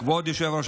כבוד היושב-ראש,